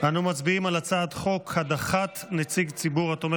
אנו מצביעים על הצעת חוק הדחת נציג ציבור התומך